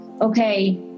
okay